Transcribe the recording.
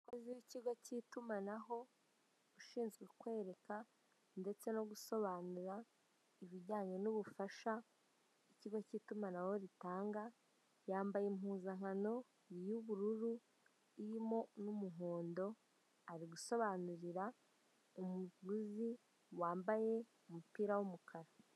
Umukozi w'ikigo k'itumanaho ushinzwe kwereka ndetse no gusobanurira, ibijyanye n'ubufasha ikigo k'itumanaho gitanga, yambeye impuzankano y'unururu ndetse n'umuhondo ari gusobanurira, umuguzi wambaye umupira w'umukara.